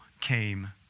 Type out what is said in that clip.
came